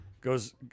goes